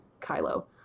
Kylo